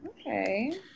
Okay